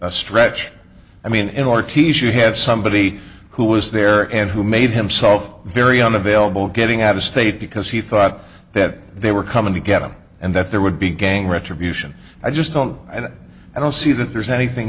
a stretch i mean in ortiz you have somebody who was there and who made himself very on available getting out of state because he thought that they were coming to get him and that there would be gang retribution i just don't i don't see that there's anything